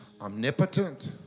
omnipotent